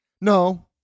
No